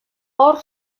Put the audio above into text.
hor